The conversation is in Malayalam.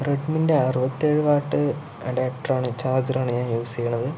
റെഡ്മിൻ്റെ അറുവത്തിയേഴ് വാട്ട് അഡാപ്റ്ററാണ് ചാർജ്ജറാണ് ഞാൻ യൂസെയ്യണത്